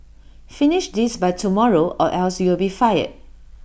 finish this by tomorrow or else you'll be fired